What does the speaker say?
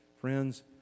Friends